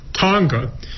Tonga